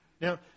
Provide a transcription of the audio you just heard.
Now